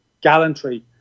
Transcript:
gallantry